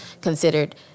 considered